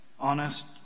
honest